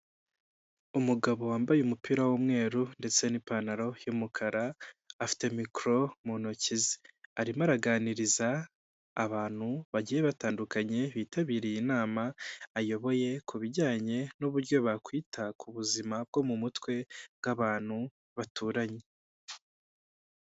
Umugabo wambaye umupira w'umweru ndetse n'ipantaro y'umukara, afite mikoro mu ntoki ze. Arimo araganiriza abantu bagiye batandukanye bitabiriye inama, ayoboye ku bijyanye n'uburyo bakwita ku buzima bwo mu mutwe bw'abantu baturanye.